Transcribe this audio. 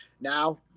now